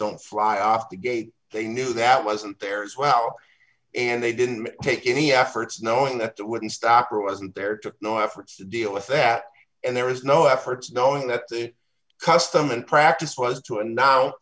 don't fly off the gate they knew that wasn't there as well and they didn't take any efforts knowing that it wouldn't stop or wasn't there took no efforts to deal with that and there is no efforts knowing that custom and practice was to an